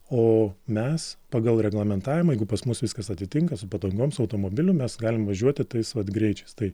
o mes pagal reglamentavimą jeigu pas mus viskas atitinka su padangom su automobiliu mes galim važiuoti tais vat greičiais tai